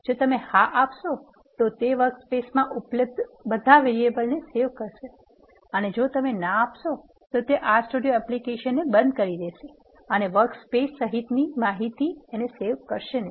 જો તમે હા આપશો તો તે વર્કસ્પેસ મા ઉપલબ્ધ બધા વેરીએબલ ને સેવ કરશે અને જો તમે ના આપશો તો તે R સ્ટુડિયો એપલિકેશન ને બંધ કરી દેશે અને વર્કસ્પેસ માહિતી ને સેવ કરશે નહી